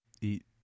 Eat